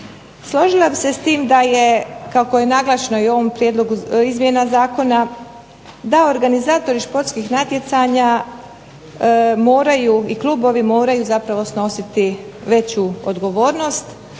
Složila bih se s tim da je, kako je naglašeno i u ovom prijedlogu izmjena zakona, da organizatori športskih natjecanja moraju i klubovi moraju zapravo snositi veću odgovornost